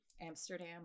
Amsterdam